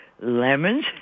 lemons